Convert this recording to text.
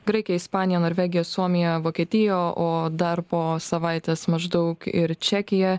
graikiją ispaniją norvegiją suomiją vokietiją o dar po savaitės maždaug ir čekiją